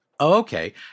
Okay